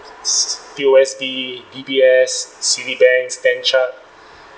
P_O_S_B D_B_S Citibank stan chart